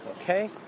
Okay